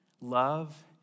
Love